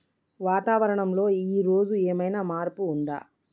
వాతావరణం లో ఈ రోజు ఏదైనా మార్పు ఉందా?